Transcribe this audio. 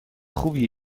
خوبی